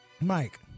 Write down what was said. Mike